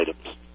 items